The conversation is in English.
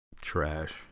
trash